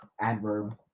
Adverb